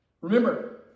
Remember